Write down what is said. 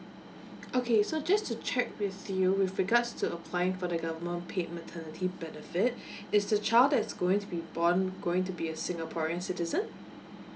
okay so just to check with you with regards to applying for the government paid maternity benefit is the child that's going to be born going to be a singaporean citizen